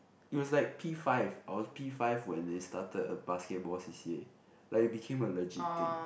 it was like P-five I was P-five when they started a basketball C_C_A like it became a legit thing